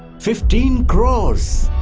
fifteen crores.